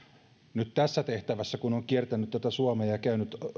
nyt tässä tehtävässä kiertänyt suomea ja käynyt